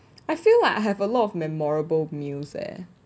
I feel like I have a lot of memorable meals eh